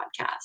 podcast